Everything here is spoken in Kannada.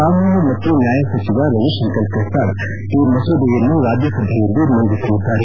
ಕಾನೂನು ಮತ್ತು ನ್ಯಾಯ ಸಚಿವ ರವಿ ಶಂಕರ ಪ್ರಸಾದ್ ಈ ಮಸೂದೆಯನ್ನು ರಾಜ್ಯಸಭೆಯಲ್ಲಿ ಮಂಡಿಸಲಿದ್ದಾರೆ